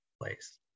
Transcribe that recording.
place